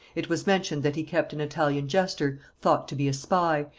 it was mentioned that he kept an italian jester, thought to be a spy,